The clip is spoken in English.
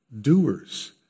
Doers